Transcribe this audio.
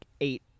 eight